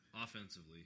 offensively